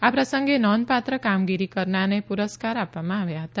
આ પ્રસંગે નોંધપાત્ર કામગીરી કરનારને પુરસ્કાર આપવામાં આવ્યા હતા